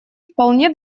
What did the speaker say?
вполне